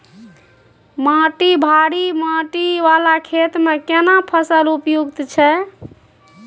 माटी भारी माटी वाला खेत में केना फसल उपयुक्त छैय?